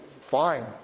fine